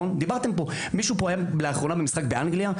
מישהו פה היה לאחרונה במשחק באנגליה?